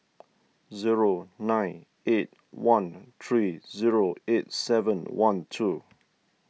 zero nine eight one three zero eight seven one two